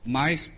mais